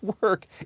work